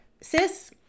sis